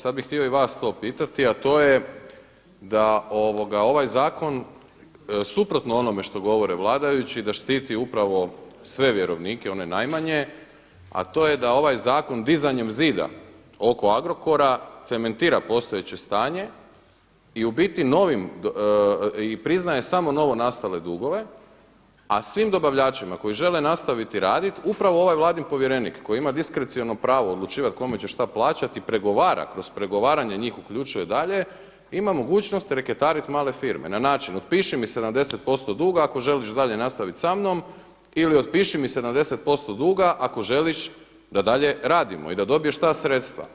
Sad bih htio i vas to pitati, a to je da ovaj zakon suprotno onome što govore vladajući da štititi upravo sve vjerovnike one najmanje, a to je da ovaj zakon dizanjem zida oko Agrokora, cementira postojeće stanje i u biti novim i priznaje samo novonastale dugove, a svim dobavljačima koji žele nastaviti raditi, upravo ovaj vladin povjerenik koji ima diskreciono pravo odlučivati kome će šta plaćati i pregovara, kroz pregovaranje njih uključuje dalje, ima mogućnost reketarit male firme, na način otpiši mi 70% duga ako želiš dalje nastaviti sa mnom ili otpiši mi 70% duga ako želiš da dalje radimo i da dobiješ ta sredstva.